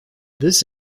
this